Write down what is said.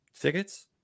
tickets